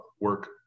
work